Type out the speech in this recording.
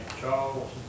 Charles